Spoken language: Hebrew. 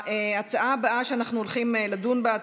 ההצעה הבאה שאנחנו הולכים לדון בה,